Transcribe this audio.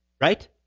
Right